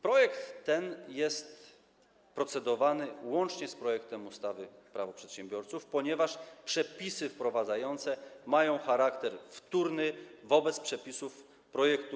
Projekt ten jest procedowany łącznie z projektem ustawy Prawo przedsiębiorców, ponieważ przepisy wprowadzające mają charakter wtórny wobec przepisów projektu